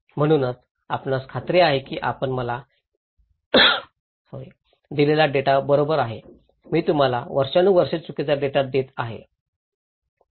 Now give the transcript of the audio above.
म्हणूनच आपणास खात्री आहे की आपण मला दिलेला डेटा बरोबर आहे मी तुम्हाला वर्षानुवर्षे चुकीचा डेटा देत आहे